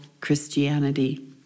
Christianity